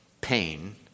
pain